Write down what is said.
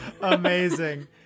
Amazing